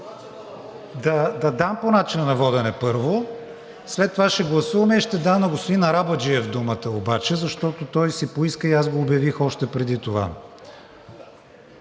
Да дам по начина на водене първо, след това ще гласуваме и ще дам на господин Арабаджиев думата, защото той си поиска и аз го обявих още преди това.